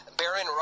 Baron